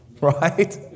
Right